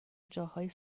جاهای